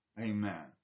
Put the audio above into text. Amen